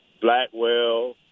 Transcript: Blackwell